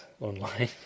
online